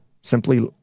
Simply